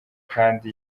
kandi